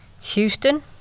Houston